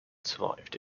survived